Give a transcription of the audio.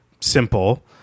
simple